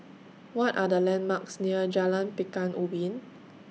What Are The landmarks near Jalan Pekan Ubin